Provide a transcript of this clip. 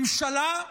הממשלה,